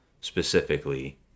specifically